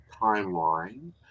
timeline